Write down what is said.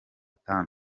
tanu